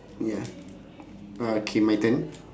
ya uh K my turn